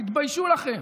תתביישו לכם.